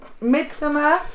Midsummer